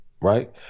right